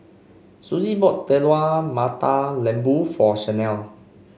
Suzy bought Telur Mata Lembu for Shanelle